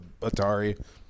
Atari